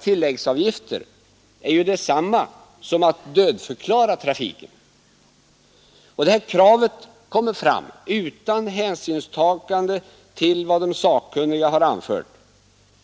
tilläggsavgifter är ju detsamma som att dödförklara trafiken. Det kravet framställs utan hänsynstagande till vad de sakkunniga anför.